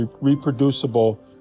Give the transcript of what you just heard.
reproducible